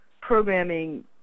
programming